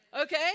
Okay